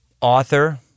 author